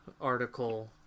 article